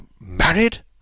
married